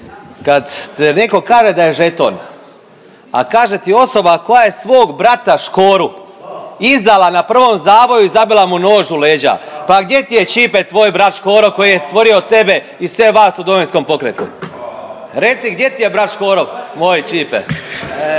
kad ti neko kaže da je žeton, a kaže ti osoba koja je svog brata Škoru izdala na prvom zavoju i zabila mu nož u leđa, pa gdje ti je Ćipe tvoj brat Škoro koji je stvorio tebe i sve vas u Domovinskom pokretu? Recite, gdje ti je brat Škoro moj Ćipe,